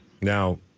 Now